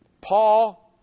Paul